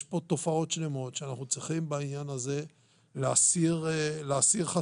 יש פה תופעות שלמות ואנחנו צריכים להסיר חסמים,